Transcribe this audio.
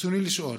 רצוני לשאול: